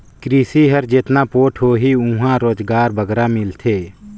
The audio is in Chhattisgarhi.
किरसी हर जेतना पोठ होही उहां रोजगार बगरा मिलथे